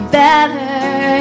better